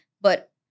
but-